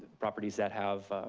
properties that have,